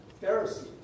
Pharisees